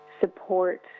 support